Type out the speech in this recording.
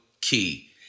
key